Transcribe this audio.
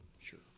Sure